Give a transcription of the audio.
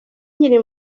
nkiri